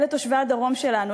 אלה תושבי הדרום שלנו.